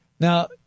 Now